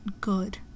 good